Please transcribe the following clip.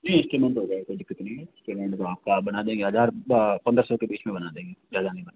नहीं cash payment हो जाएगा कोई दिक्कत नहीं है पेमेंट आपका बना देंगे हजार पंद्रह सौ के बीच में बना देंगे ज़्यादा नहीं बनायेंगे